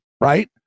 Right